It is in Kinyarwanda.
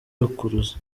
rukuruzi